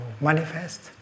manifest